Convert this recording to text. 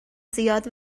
زیاد